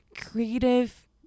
creative